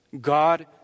God